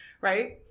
Right